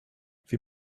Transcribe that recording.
wir